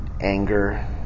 anger